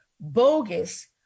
bogus